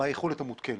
מהיכולת המעודכנת.